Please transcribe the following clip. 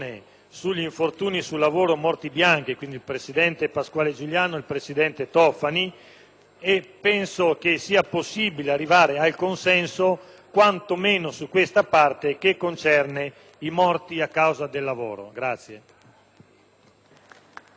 penso sia possibile arrivare al consenso, quanto meno su questa parte che concerne i morti a causa del lavoro.